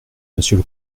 monsieur